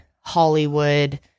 Hollywood